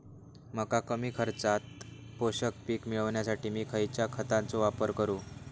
मका कमी खर्चात पोषक पीक मिळण्यासाठी मी खैयच्या खतांचो वापर करू?